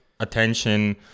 attention